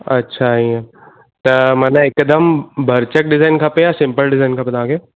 अछा इअं त माना हिकदमि भरचक डिज़ाइन खपे या सिम्पल डिज़ाइन खपे तव्हांखे